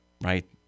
right